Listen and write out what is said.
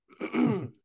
okay